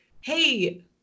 Hey